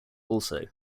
also